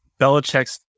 belichick's